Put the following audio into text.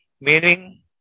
meaning